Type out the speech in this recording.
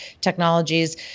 technologies